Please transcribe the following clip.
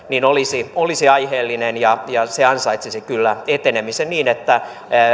olisi olisi aiheellinen ja se ansaitsisi kyllä etenemisen niin että